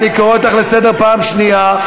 אני קורא אותך לסדר פעם שנייה.